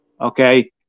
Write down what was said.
Okay